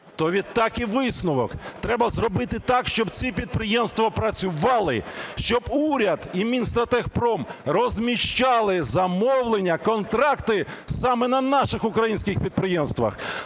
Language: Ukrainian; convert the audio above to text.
То відтак і висновок, треба зробити так, щоб ці підприємства працювали, щоб уряд і Мінстратегпром розміщали замовлення, контракти саме на наших українських підприємствах.